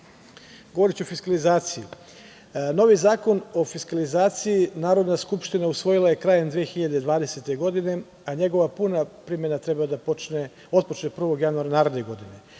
govoriću o fiskalizaciji. Novi zakon o fiskalizaciji Narodna skupština je usvojila krajem 2020. godine, a njegova puna primena treba da otpočne 1. januara naredne godine.